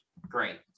Great